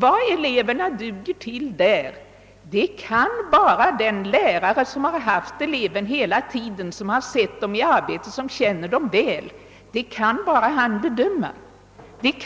Vad eleverna duger till därvidlag kan bara den lärare bedöma som haft ele verna hela tiden, som sett dem i arbete och som känner dem väl. Detta